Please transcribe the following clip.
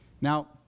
Now